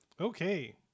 Okay